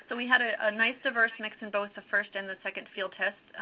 and we had a ah nice diverse mix in both the first and the second field tests.